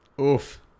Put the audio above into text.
Oof